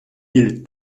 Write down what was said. île